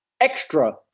extra